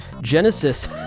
Genesis